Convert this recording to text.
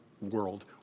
world